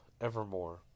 evermore